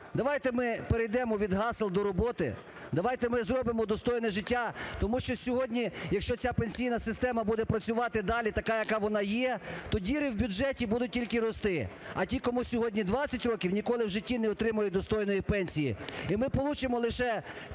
давайте ми перейдемо від гасел до роботи, давайте ми зробимо достойне життя. Тому що сьогодні, якщо ця пенсійна система буде працювати далі, така, яка вона є, то діри в бюджеті будуть тільки рости. А ті, кому сьогодні 20 років, ніколи в житті не отримають достойної пенсії. І ми получимо лише